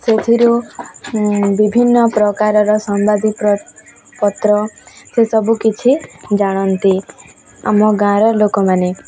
ସେଥିରୁ ବିଭିନ୍ନ ପ୍ରକାରର ସମ୍ବାଦୀ ପତ୍ର ସେସବୁ କିଛି ଜାଣନ୍ତି ଆମ ଗାଁର ଲୋକମାନେ